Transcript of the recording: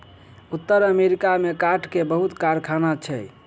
उत्तर अमेरिका में काठ के बहुत कारखाना छै